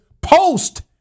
post